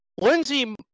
Lindsey